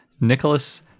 Nicholas